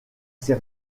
ses